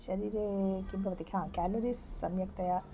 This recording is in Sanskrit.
शरीरे किं भवति ख्या केलोरीस् सम्यक्तया